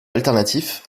alternatif